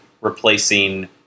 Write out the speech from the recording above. replacing